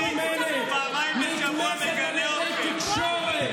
תגידו, מישהו קונה את השקרים שלכם?